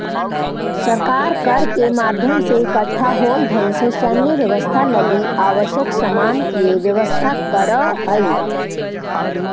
सरकार कर के माध्यम से इकट्ठा होल धन से सैन्य व्यवस्था लगी आवश्यक सामान के व्यवस्था करऽ हई